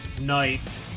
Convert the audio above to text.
night